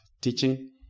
teaching